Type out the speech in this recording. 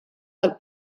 del